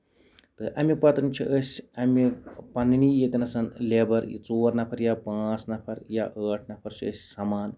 تہٕ اَمہِ پَتہٕ چھِ أسۍ اَمہِ پَنٕنہِ ییٚتہِ نَسَن لیبر ژور نَفر یا پانٛژھ نَفر یا ٲٹھ نَفر چھِ أسۍ سَمان